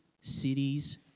cities